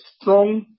strong